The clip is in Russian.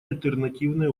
альтернативные